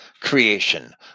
creation